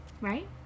right